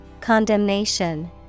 Condemnation